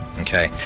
Okay